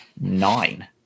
nine